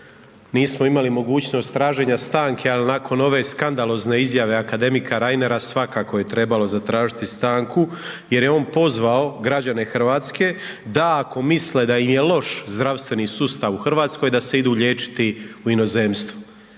nismo imali mogućnost traženja stanke, al nakon ove skandalozne izjave akademika Reinera svakako je trebalo zatražiti stanku jer je on pozvao građane RH da ako misle da im je loš zdravstveni sustav u RH, da se idu liječiti u inozemstvo.